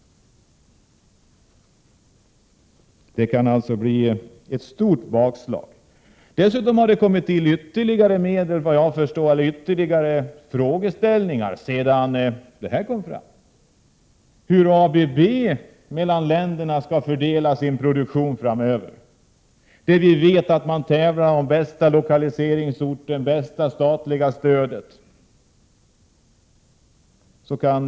Detta kan alltså bli ett stort bakslag. Dessutom har det, efter vad jag har förstått, tillkommit frågeställningar sedan detta förslag lades fram. Hur skall ABB fördela sin produktion mellan länderna framöver? Vi vet att man tävlar om lokaliseringsort med bästa möjliga statliga stöd.